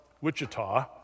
Wichita